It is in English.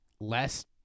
less